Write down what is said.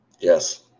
Yes